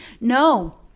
no